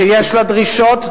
שיש לה דרישות,